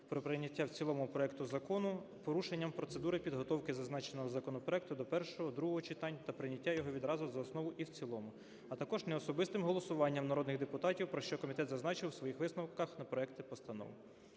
про прийняття в цілому проекту закону порушенням процедури підготовки зазначеного законопроекту до першого, другого читань та прийняття його відразу за основу і в цілому, а також неособистим голосуванням народних депутатів, про що комітет зазначив у своїх висновках на проекті постанов.